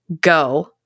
go